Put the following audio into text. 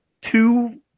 two